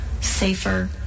safer